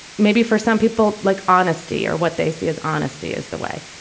maybe for some people like honesty or what they see as honesty is the way.